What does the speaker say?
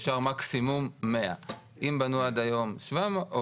אפשר מקסימום 100. אם בנו עד היום 600,